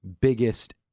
biggest